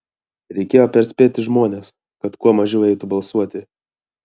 reikėjo perspėti žmones kad kuo mažiau eitų balsuoti